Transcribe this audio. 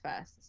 first